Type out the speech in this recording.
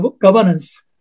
governance